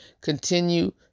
continue